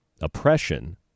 oppression